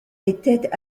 était